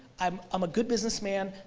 i'm i'm a good businessman,